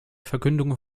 verkündung